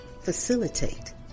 facilitate